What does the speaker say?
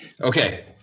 Okay